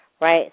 Right